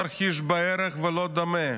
לא תרחיש בערך ולא דומה,